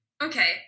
Okay